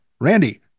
Randy